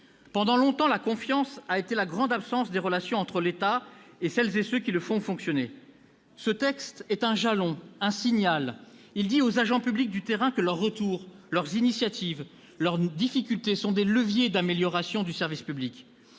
Longtemps la confiance a été la grande absente des relations entre l'État et celles et ceux qui le font fonctionner. Ce texte pose un jalon, il envoie un signal. Il montre aux agents publics du terrain que leurs retours, leurs initiatives, leurs difficultés sont des leviers d'amélioration du service public.